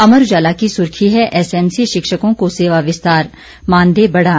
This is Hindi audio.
अमर उजाला की सुर्खी है एसएमसी शिक्षकों को सेवा विस्तार मानदेय बढ़ा